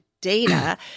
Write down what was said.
data